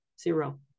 Zero